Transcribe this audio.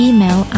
Email